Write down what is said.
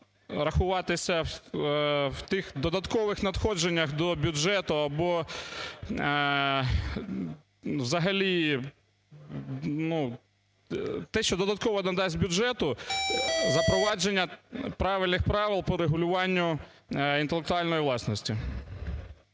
рахуватися в тих додаткових надходженнях до бюджету або взагалі… ну те, що додатково надасть бюджету запровадження правильних правил по регулюванню інтелектуальної власності.